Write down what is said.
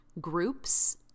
groups